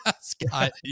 Scott